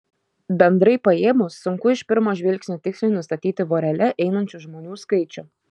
bendrai paėmus sunku iš pirmo žvilgsnio tiksliai nustatyti vorele einančių žmonių skaičių